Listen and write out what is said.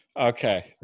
Okay